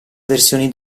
versioni